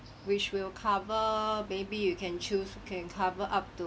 which will cover maybe you can choose can cover up to